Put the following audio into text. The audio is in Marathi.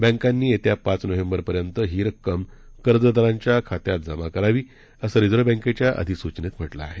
बॅकांनी येत्या पाच नोव्हेंबरपर्यंत ही रक्कम कर्जदारांच्या खाती जमा करावी असं रिझर्व्ह बॅंकेच्या अधिसूचनेत म्हटलं आहे